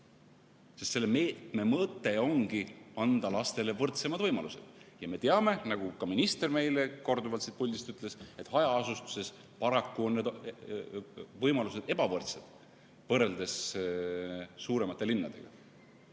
sest selle meetme mõte ongi anda lastele võrdsemad võimalused. Ja me teame, nagu ka minister meile korduvalt siit puldist ütles, et hajaasustuses paraku on võimalused ebavõrdsed, eriti halvad on need võrreldes suuremate linnadega.